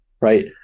right